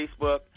Facebook